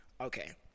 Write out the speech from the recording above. okay